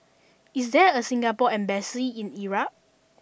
is there a Singapore embassy in Iraq